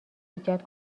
ایجاد